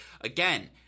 again